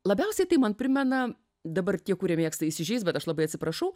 labiausiai tai man primena dabar tie kurie mėgsta įsižeis bet aš labai atsiprašau